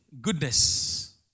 goodness